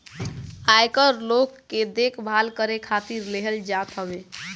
आयकर लोग के देखभाल करे खातिर लेहल जात हवे